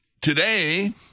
Today